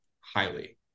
highly